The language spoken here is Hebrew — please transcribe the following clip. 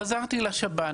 חזרתי לשב"ן,